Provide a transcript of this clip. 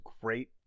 great